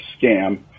scam